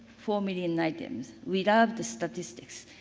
four million items without the statistics.